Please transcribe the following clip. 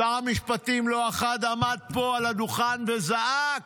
שר המשפטים לא אחת עמד פה על הדוכן וזעק: